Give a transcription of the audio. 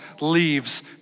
leaves